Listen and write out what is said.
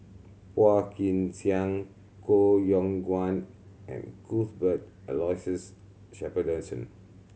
Phua Kin Siang Koh Yong Guan and Cuthbert Aloysius Shepherdson